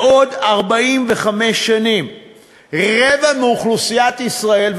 בעוד 45 שנים רבע מאוכלוסיית ישראל,